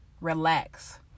relax